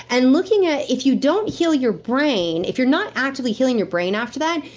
and looking at, if you don't heal your brain, if you're not actively healing your brain after that,